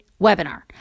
webinar